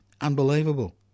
Unbelievable